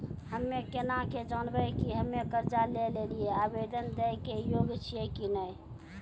हम्मे केना के जानबै कि हम्मे कर्जा लै लेली आवेदन दै के योग्य छियै कि नै?